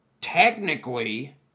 technically